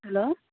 hello